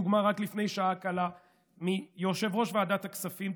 דוגמה רק לפני שעה קלה מיושב-ראש ועדת הכספים,